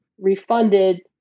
refunded